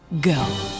go